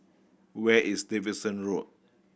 where is Davidson Road